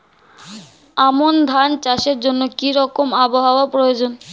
আমন ধান চাষের জন্য কি রকম আবহাওয়া প্রয়োজন?